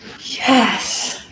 Yes